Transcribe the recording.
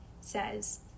says